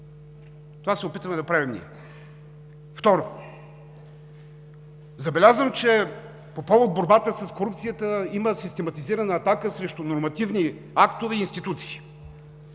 Това се опитваме да правим ние. Второ, забелязвам, че по повод борбата с корупцията има систематизирана атака срещу нормативни актове и институции.